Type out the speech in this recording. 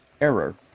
error